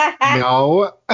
No